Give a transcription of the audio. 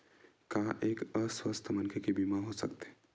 का एक अस्वस्थ मनखे के बीमा हो सकथे?